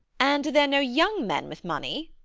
and are there no young men with money?